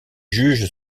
juges